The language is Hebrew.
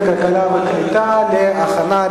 20, נגד, 2,